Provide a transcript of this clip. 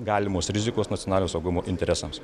galimos rizikos nacionalinio saugumo interesams